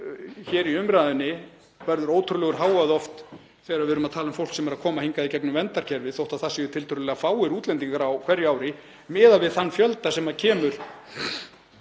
hér í umræðunni verður oft ótrúlegur hávaði þegar við erum að tala um fólk sem er að koma hingað í gegnum verndarkerfið þótt það séu tiltölulega fáir útlendingar á hverju ári miðað við þann fjölda sem kemur